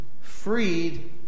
freed